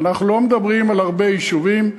אנחנו לא מדברים על הרבה יישובים,